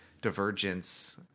Divergence